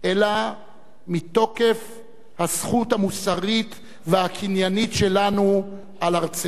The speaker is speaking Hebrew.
אלא מתוקף הזכות המוסרית והקניינית שלנו על ארצנו.